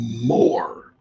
More